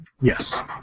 Yes